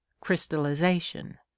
crystallization